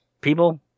people